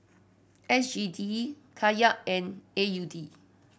S G D Kyat and A U D